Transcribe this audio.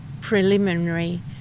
preliminary